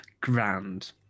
Grand